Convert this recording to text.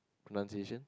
pronunciation